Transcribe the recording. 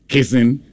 Kissing